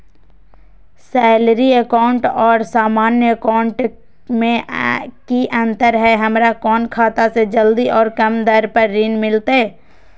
Salary account और सामान्य account मे की अंतर है हमरा कौन खाता से जल्दी और कम दर पर ऋण मिलतय?